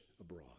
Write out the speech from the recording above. abroad